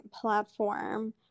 platform